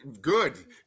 Good